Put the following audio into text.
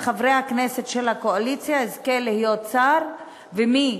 מחברי הכנסת של הקואליציה יזכה להיות שר ומי